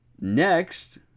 next